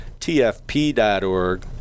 tfp.org